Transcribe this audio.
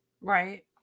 Right